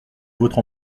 votre